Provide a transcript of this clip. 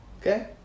Okay